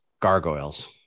Gargoyles